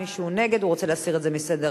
מי שנגד, הוא רוצה להסיר את זה מסדר-היום.